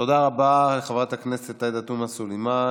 תודה רבה, חברת הכנסת עאידה תומא סלימאן.